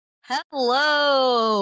Hello